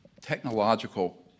technological